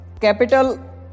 capital